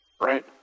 Right